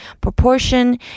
proportion